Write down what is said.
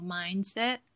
mindset